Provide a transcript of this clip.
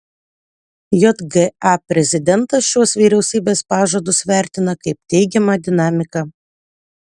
jga prezidentas šiuos vyriausybės pažadus vertina kaip teigiamą dinamiką